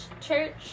church